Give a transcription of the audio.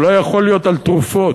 הוא לא יכול להיות על תרופות,